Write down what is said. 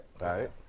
right